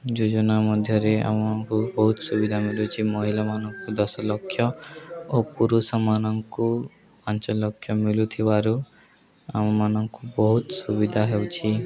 ଯୋଜନା ମଧ୍ୟରେ ଆମଙ୍କୁ ବହୁତ ସୁବିଧା ମିଳୁଛି ମହିଳାମାନଙ୍କୁ ଦଶ ଲକ୍ଷ ଓ ପୁରୁଷମାନଙ୍କୁ ପାଞ୍ଚ ଲକ୍ଷ ମିଳୁଥିବାରୁ ଆମମାନଙ୍କୁ ବହୁତ ସୁବିଧା ହେଉଛି